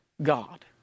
god